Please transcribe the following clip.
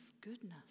goodness